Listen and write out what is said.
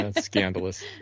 Scandalous